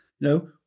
No